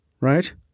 Right